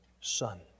Son